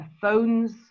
phones